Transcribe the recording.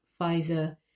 Pfizer